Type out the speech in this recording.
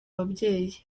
babyeyi